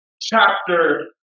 chapter